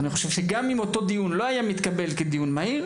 אני חושב שגם אם אותו דיון לא היה מתקבל כדיון מהיר,